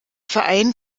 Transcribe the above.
verein